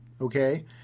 okay